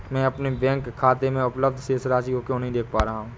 मैं अपने बैंक खाते में उपलब्ध शेष राशि क्यो नहीं देख पा रहा हूँ?